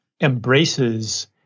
embraces